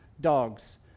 dogs